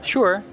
Sure